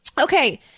Okay